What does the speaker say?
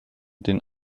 den